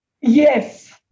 Yes